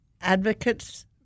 Advocates